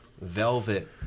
Velvet